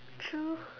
true